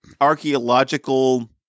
archaeological